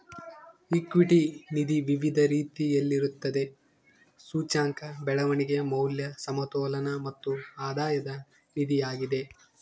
equity ನಿಧಿ ವಿವಿಧ ರೀತಿಯಲ್ಲಿರುತ್ತದೆ, ಸೂಚ್ಯಂಕ, ಬೆಳವಣಿಗೆ, ಮೌಲ್ಯ, ಸಮತೋಲನ ಮತ್ತು ಆಧಾಯದ ನಿಧಿಯಾಗಿದೆ